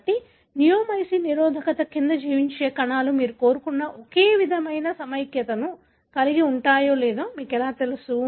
కాబట్టి నియోమైసిన్ నిరోధకత కింద జీవించే కణాలు మీరు కోరుకున్న ఒకే విధమైన సమైక్యతను కలిగి ఉంటాయో లేదో మీకు ఎలా తెలుసు